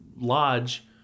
Lodge